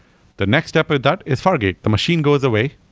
the next step of that is fargate. the machine goes away.